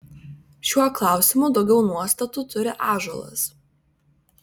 šiuo klausimu daugiau nuostatų turi ąžuolas